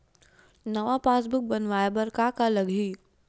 नवा पासबुक बनवाय बर का का लगही?